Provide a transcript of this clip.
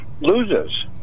loses